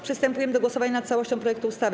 Przystępujemy do głosowania nad całością projektu ustawy.